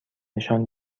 نشان